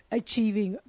achieving